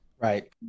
Right